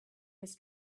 his